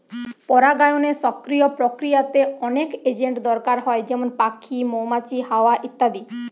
পরাগায়নের সক্রিয় প্রক্রিয়াতে অনেক এজেন্ট দরকার হয় যেমন পাখি, মৌমাছি, হাওয়া ইত্যাদি